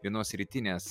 vienos rytinės